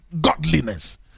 godliness